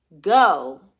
go